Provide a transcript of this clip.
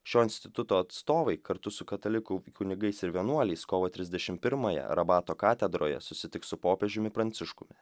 šio instituto atstovai kartu su katalikų kunigais ir vienuoliais kovo trisdešimt pirmąją rabato katedroje susitiks su popiežiumi pranciškumi